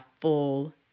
full